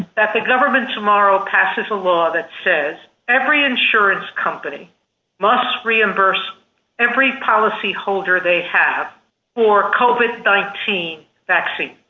that the government tomorrow passes a law that says every insurance company must reimburse every policyholder they have or covered teen vaccine.